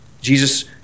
Jesus